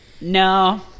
no